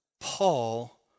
Paul